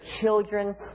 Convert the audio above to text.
children